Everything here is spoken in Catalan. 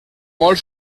molt